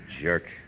jerk